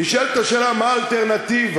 נשאלת השאלה: מה האלטרנטיבה?